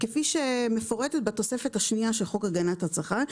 כפי שמפורטת בתוספת השנייה של חוק הגנת הצרכן.